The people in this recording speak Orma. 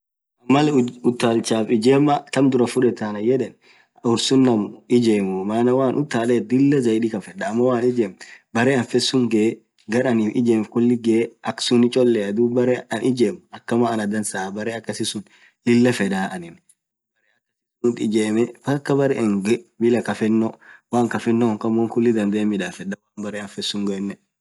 Mal utalchaf ijemaa kham birra fudethu anayedhe ursun nam ijemuu woan utalethu Lilah zaidii khafedhaa ammo woanin ijemm berre anin fedh suun gee garr anin ijemm khulii gee akha sunni cholea dhub berre anin ijemm akama Anna dansaa berre akasi suun Lilah fedhaa anin berre akasisunt ijemme mpkaa berre anin gee Bila kaffeno hinkhamne woanin kaffeno hinkhamne won khulii dhadhe hinmidhafedha woanin berre anifesun genen